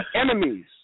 enemies